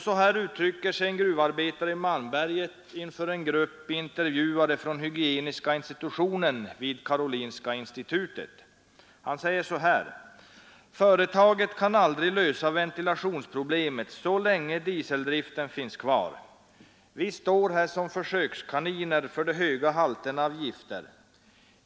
Så här uttrycker sig en gruvarbetare i Malmberget inför en grupp intervjuare från hygieniska institutionen vid Karolinska institutet: ”Företaget kan aldrig lösa ventilationsproblemet så länge dieseldriften finns kvar. Vi står här som försökskaniner för de höga halterna av gifter.